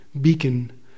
beacon